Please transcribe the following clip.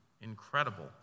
incredible